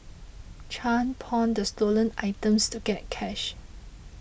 Chan pawned the stolen items to get cash